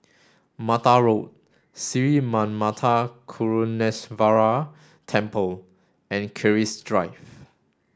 Mata Road Sri Manmatha Karuneshvarar Temple and Keris Drive